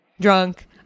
drunk